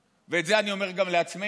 ואת זה אני אומר גם לעצמנו,